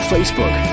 Facebook